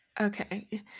Okay